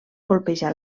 colpejar